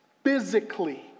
Physically